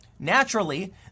Naturally